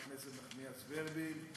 תודה לחברת הכנסת נחמיאס ורבין.